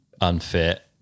unfit